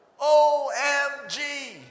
OMG